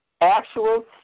actual